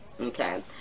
Okay